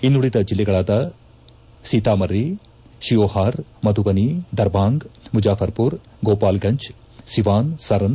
ಇನ್ನುಳಿದ ಜಿಲ್ಲೆಗಳಾದ ಸೀತಾಮರ್ರಿ ಶೀಯೋಹಾರ್ ಮಧುಬನಿ ದರ್ಬಾಂಗಾ ಮುಜಾಫರ್ಮರ್ ಗೋಪಾಲಗಂಜ್ ಸಿವಾನ್ ಸರನ್